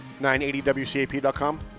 980wcap.com